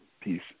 peace